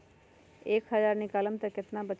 एक हज़ार निकालम त कितना वचत?